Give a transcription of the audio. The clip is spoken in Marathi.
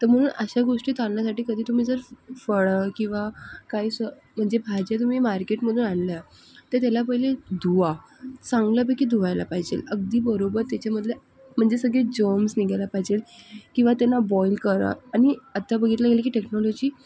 तर म्हणून अशा गोष्टी टाळण्यासाटी कधी तुम्ही जर फळं किवा काही भाज्या तुम्ही मार्केटमधून आणल्या तर त्याला पहिले धुवा चांगल्यापैकी धुवायला पाहिजे अगदी बरोबर त्याच्यामधले म्हणजे सगळे जम्स निघायला पाहिजे किवा त्यांना बॉइल करा आणि आता बघितल गेलं की टेक्नॉलॉजी